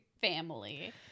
family